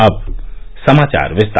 अब समाचार विस्तार